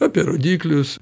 apie rodiklius